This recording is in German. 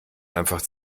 einfach